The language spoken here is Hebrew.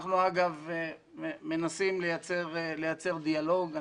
אגב, אנחנו מנסים לייצר דיאלוג.